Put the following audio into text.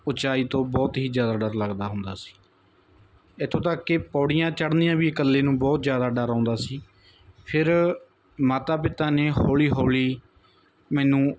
ਉੱਚਾਈ ਤੋਂ ਬਹੁਤ ਹੀ ਜ਼ਿਆਦਾ ਡਰ ਲੱਗਦਾ ਹੁੰਦਾ ਸੀ ਇੱਥੋਂ ਤੱਕ ਕਿ ਪੌੜੀਆਂ ਚੜ੍ਹਨੀਆਂ ਵੀ ਇਕੱਲੇ ਨੂੰ ਬਹੁਤ ਜ਼ਿਆਦਾ ਡਰ ਆਉਂਦਾ ਸੀ ਫੇਰ ਮਾਤਾ ਪਿਤਾ ਨੇ ਹੌਲੀ ਹੌਲੀ ਮੈਨੂੰ